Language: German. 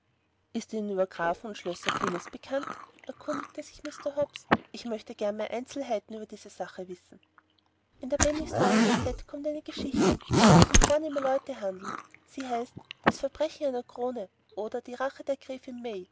ist ihnen über grafen und schlösser vieles bekannt erkundigte sich mr hobbs ich möchte gern mehr einzelheiten über diese sachen wissen in der penny story gazette kommt eine geschichte wo sich's um vornehme leute handelt sie heißt das verbrechen einer krone oder die rache der gräfin may